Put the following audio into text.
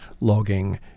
logging